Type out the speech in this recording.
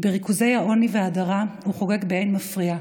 בריכוזי העוני וההדרה הוא חוגג באין מפריע,